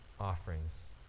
offerings